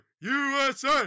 USA